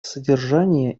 содержание